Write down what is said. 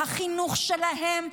החינוך שלהם,